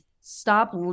stop